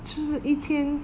就是一天